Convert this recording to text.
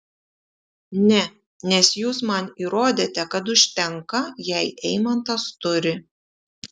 ne nes jūs man įrodėte kad užtenka jei eimantas turi